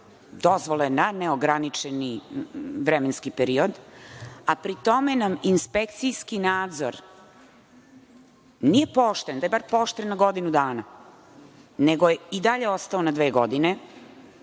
dozvole na neograničeni vremenski period, a pri tome nam inspekcijski nadzor nije pooštren, da je bar pooštren na godinu dana, nego je i dalje ostao na dve godine,